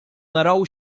naraw